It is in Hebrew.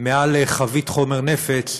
מעל חבית חומר נפץ,